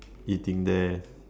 eating there